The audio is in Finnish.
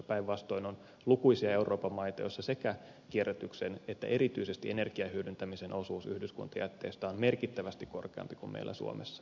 päinvastoin on lukuisia euroopan maita joissa sekä kierrätyksen että erityisesti energiahyödyntämisen osuus yhdyskuntajätteestä on merkittävästi korkeampi kuin meillä suomessa